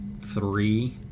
three